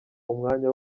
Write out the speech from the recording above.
umwanya